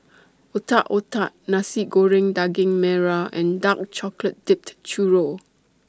Otak Otak Nasi Goreng Daging Merah and Dark Chocolate Dipped Churro